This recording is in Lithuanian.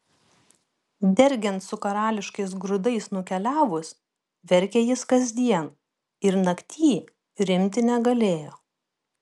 dergiant su karališkais grūdais nukeliavus verkė jis kasdien ir naktyj rimti negalėjo